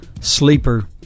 sleeper